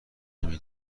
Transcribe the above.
نمی